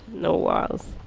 no walls,